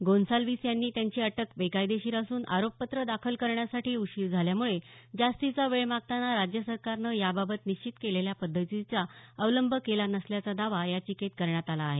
गोंसाल्विस यांनी त्यांची अटक बेकायदेशीर असून आरोपपत्र दाखल करण्यासाठी उशीर झाल्यामुळे जास्तीचा वेळ मागताना राज्य सरकारनं याबाबत निश्चित केलेल्या पद्धतीचा अवलंब केला नसल्याचा दावा याचिकेत करण्यात आला आहे